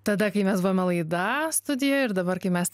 tada kai mes buvome laida studijoj ir dabar kai mes